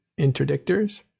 interdictors